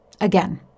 Again